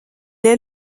est